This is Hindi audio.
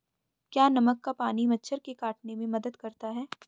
क्या नमक का पानी मच्छर के काटने में मदद करता है?